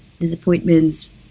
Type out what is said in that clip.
disappointments